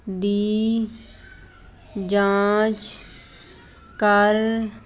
ਦੀ ਜਾਂਚ ਕਰ